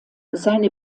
seine